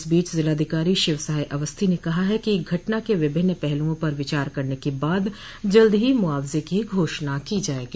इस बीच ज़िलाधिकारी शिव सहाय अवस्थी ने कहा है कि घटना के विभिन्न पहलुओं पर विचार करने के बाद जल्द ही मूआवजे की घोषणा की जायेगी